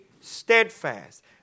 steadfast